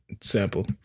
sample